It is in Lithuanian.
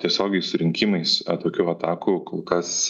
tiesioginiai su rinkimais tokių atakų kol kas